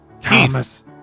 Thomas